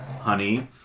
honey